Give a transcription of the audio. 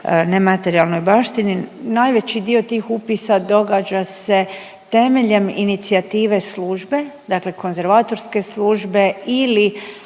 nematerijalnoj baštini najveći dio tih upisa događa se temeljem inicijative službe, dakle konzervatorske službe ili